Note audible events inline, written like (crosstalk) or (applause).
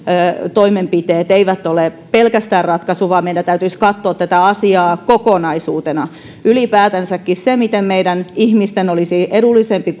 toimenpiteet eivät ole ratkaisu vaan meidän täytyisi katsoa tätä asiaa kokonaisuutena ylipäätänsäkin sitä miten meidän ihmisten olisi edullisempi (unintelligible)